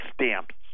stamps